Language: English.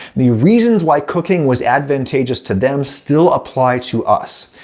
the reasons why cooking was advantageous to them still apply to us.